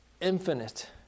infinite